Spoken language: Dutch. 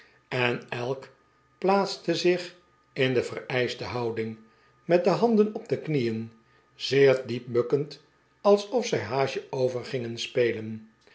en elk plaatste zich in de vereischte houding met de handen op de knieen zeer diep bukkend alsof zij haasje-over gingen spelen